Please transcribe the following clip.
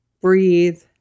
breathe